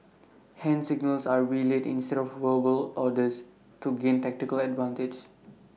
hand signals are relayed instead of verbal orders to gain tactical advantage